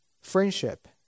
Friendship